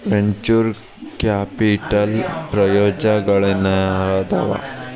venture capital ಪ್ರಯೋಜನಗಳೇನಾದವ